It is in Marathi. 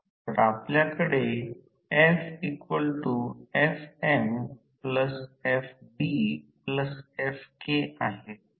त्या पहिल्या एक आकृती 7 a मध्ये म्हणून त्यास अंश आणि छेद यांना a ने गुणा